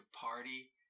party